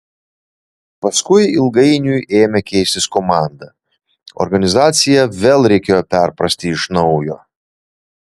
paskui ilgainiui ėmė keistis komanda organizaciją vėl reikėjo perprasti iš naujo